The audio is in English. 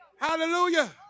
hallelujah